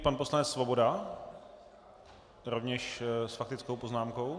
Pan poslanec Svoboda rovněž s faktickou poznámkou.